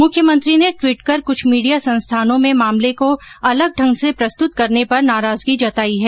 मुख्यमंत्री ने ट्वीट कर क्छ मीडिया संस्थानों में मामले को अलग ढंग से प्रस्तुत करने पर नाराजगी जताई है